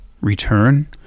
return